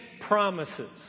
promises